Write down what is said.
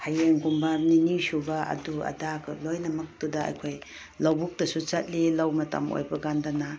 ꯍꯌꯦꯡꯒꯨꯝꯕ ꯅꯤꯅꯤ ꯁꯨꯕ ꯑꯗꯨ ꯑꯗꯥꯒ ꯂꯣꯏꯅꯃꯛꯇꯨꯗ ꯑꯩꯈꯣꯏ ꯂꯧꯕꯨꯛꯇꯁꯨ ꯆꯠꯂꯤ ꯂꯧ ꯃꯇꯝ ꯑꯣꯏꯕꯀꯥꯟꯗꯅ